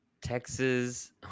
Texas